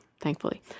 thankfully